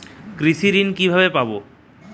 কৃষি ঋন কিভাবে পাব?